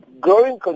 growing